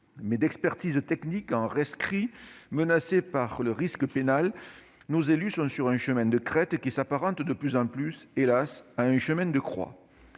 Mais d'expertises techniques en rescrits, menacés par le risque pénal, ils sont sur un chemin de crête qui s'apparente de plus en plus, hélas, à un chemin de croix.